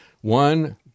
One